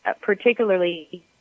particularly